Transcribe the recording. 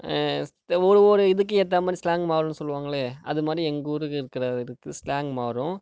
ஒரு ஒரு இதுக்கு ஏற்ற மாதிரி ஸ்லாங் மாறுன்னு சொல்வாங்களே அது மாதிரி எங்கள் ஊருக்கு இருக்கிற இதுக்கு ஸ்லாங் மாறும்